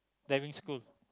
diving school